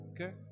Okay